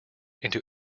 into